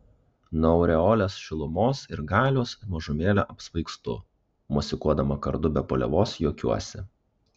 nuo aureolės šilumos ir galios mažumėlę apsvaigstu mosikuodama kardu be paliovos juokiuosi